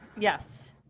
Yes